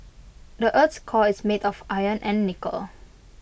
the Earth's core is made of iron and nickel